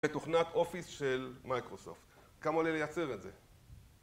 בתוכנת אופיס של מייקרוסופט. כמה עולה לייצר את זה?